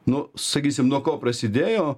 nu sakysim nuo ko prasidėjo